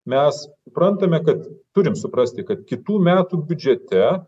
mes prantame kad turim suprasti kad kitų metų biudžete